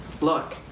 Look